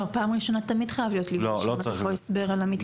פעם ראשונה תמיד חייב להיות מישהו שיסביר על המתקנים.